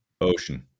Ocean